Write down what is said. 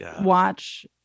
watch